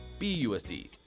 BUSD